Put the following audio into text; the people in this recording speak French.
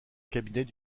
cabinet